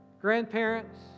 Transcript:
grandparents